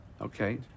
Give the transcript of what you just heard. Okay